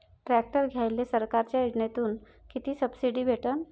Tractor घ्यायले सरकारच्या योजनेतून किती सबसिडी भेटन?